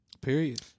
Period